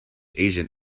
asian